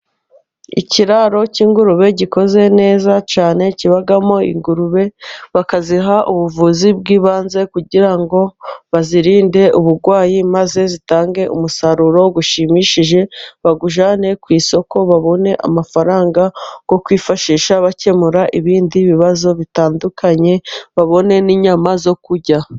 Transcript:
Ikiraro cy'ingurube gikoze neza cyane kibamo ingurube, bakaziha ubuvuzi bw'ibanze kugira ngo bazirinde uburwayi, maze zitange umusaruro ushimishije bawujyane ku isoko, babone amafaranga yo kwifashisha bakemura ibindi bibazo bitandukanye, babone n'inyama zo kurya.